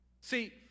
See